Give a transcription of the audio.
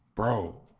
Bro